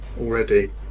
already